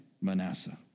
Manasseh